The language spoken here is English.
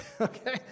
okay